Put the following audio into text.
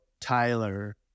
Tyler